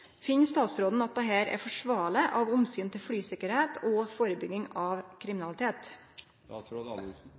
Finn statsråden at dette er forsvarleg av omsyn til flysikkerheit og førebygging av